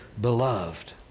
beloved